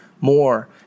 more